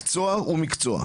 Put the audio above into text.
מקצוע הוא מקצוע.